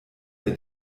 der